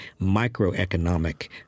microeconomic